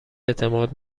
اعتماد